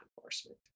enforcement